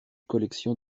collections